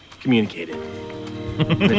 communicated